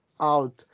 out